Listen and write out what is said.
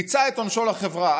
ריצה את עונשו לחברה,